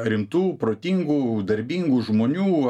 rimtų protingų darbingų žmonių